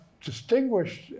distinguished